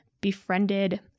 befriended